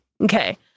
Okay